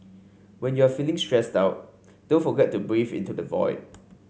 when you are feeling stressed out don't forget to breathe into the void